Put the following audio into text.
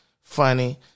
funny